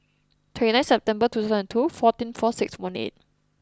twenty nine September two thousand two fourteen four six one eight